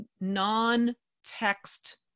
non-text